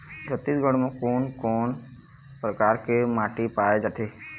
छत्तीसगढ़ म कोन कौन प्रकार के माटी पाए जाथे?